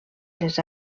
les